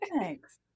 Thanks